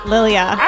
Lilia